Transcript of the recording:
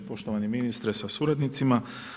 Poštovani ministre sa suradnicima.